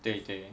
对对